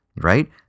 right